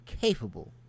capable